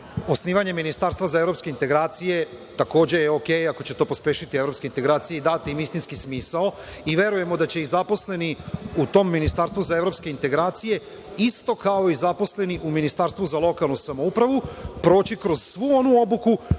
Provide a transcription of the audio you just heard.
osnivanje ministarstva za evropske integracije takođe je okej, ako će to pospešiti evropske integracije i dati im istinski smisao i verujemo da će i zaposleni u tom ministarstvu za evropske integracije isto kao i zaposleni u Ministarstvu za lokalnu samoupravu proći kroz svu onu obuku